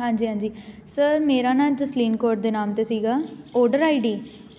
ਹਾਂਜੀ ਹਾਂਜੀ ਸਰ ਮੇਰਾ ਨਾ ਜਸਲੀਨ ਕੌਰ ਦੇ ਨਾਮ 'ਤੇ ਸੀਗਾ ਔਡਰ ਆਈ ਡੀ